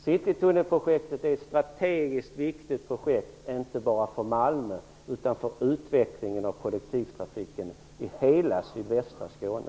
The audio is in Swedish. Citytunnelprojektet är strategiskt viktigt inte bara för Malmö utan för utvecklingen av kollektivtrafiken i hela sydvästra Skåne.